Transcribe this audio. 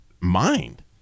mind